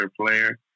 player